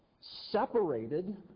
separated